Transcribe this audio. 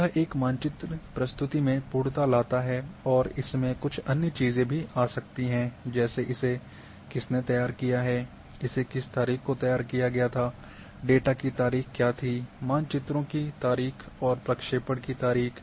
यह एक मानचित्र प्रस्तुति में पूर्णता लाता है और इसमें कुछ अन्य चीजें भी आ सकती हैं जैसे इसे किसने तैयार किया है इसे किस तारीख़ को तैयार किया गया था डेटा की तारीख क्या थी मानचित्र की तारीख़ और प्रक्षेपण की तारीख़